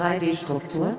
3D-Struktur